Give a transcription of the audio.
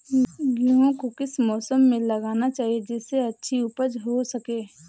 गेहूँ को किस मौसम में लगाना चाहिए जिससे अच्छी उपज हो सके?